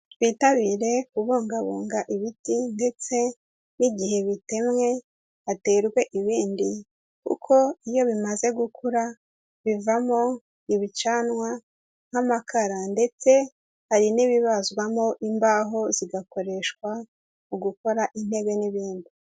Twitabire kubungabunga ibiti ndetse n'igihe bitemwe haterwe ibindi, kuko iyo bimaze gukura bivamo ibicanwa nk'amakara ndetse hari n'ibibazwamo imbaho zigakoreshwa mu gukora intebe n'ibindi.